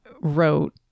wrote